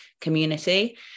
community